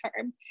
term